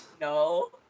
No